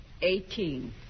Eighteen